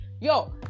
yo